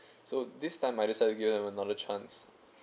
so this time I decided to give them another chance